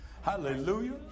Hallelujah